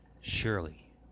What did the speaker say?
Surely